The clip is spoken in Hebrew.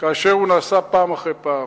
כאשר הוא נעשה פעם אחר פעם.